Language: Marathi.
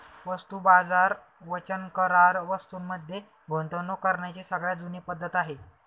वस्तू बाजार वचन करार वस्तूं मध्ये गुंतवणूक करण्याची सगळ्यात जुनी पद्धत आहे